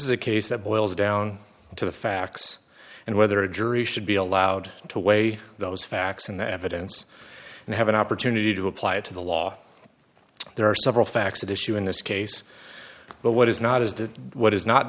a case that boils down to the facts and whether a jury should be allowed to weigh those facts and the evidence and have an opportunity to apply it to the law there are several facts that issue in this case but what is not is that what is not